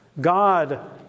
God